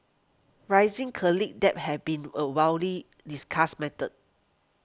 rising college debt has been a widely discussed matter